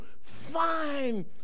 fine